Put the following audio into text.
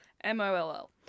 M-O-L-L